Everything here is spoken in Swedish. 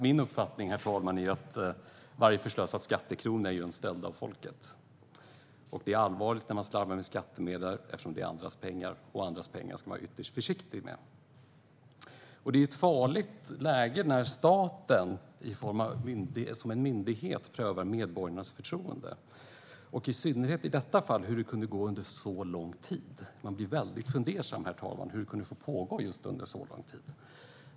Min uppfattning är varje förslösad skattekrona är en stöld från folket. Det är allvarligt när man slarvar med skattemedel eftersom det är andras pengar, och andras pengar ska man vara ytterst försiktig med. Det är ett farligt läge när staten i form av en myndighet prövar medborgarnas förtroende, och i synnerhet i detta fall under så lång tid. Man blir väldigt fundersam, herr talman, inför hur det kunde pågå under så lång tid.